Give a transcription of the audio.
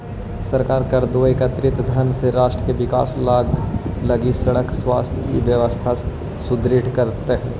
सरकार कर दो एकत्रित धन से राष्ट्र के विकास लगी सड़क स्वास्थ्य इ सब व्यवस्था सुदृढ़ करीइत हई